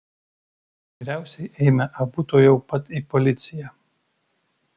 geriausiai eime abu tuojau pat į policiją